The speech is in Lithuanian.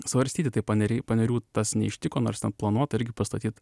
svarstyti tai paneriai panerių tas neištiko nors ten planuota irgi pastatyt